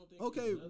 Okay